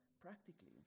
practically